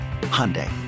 Hyundai